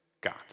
God